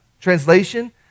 Translation